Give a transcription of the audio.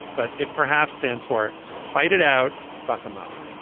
but it perhaps stands for. fight it out fuck em up,